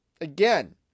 again